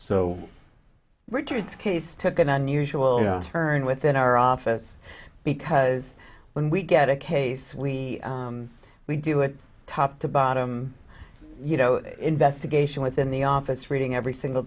so richard's case took an unusual turn within our office because when we get a case we we do it top to bottom you know investigation within the office reading every single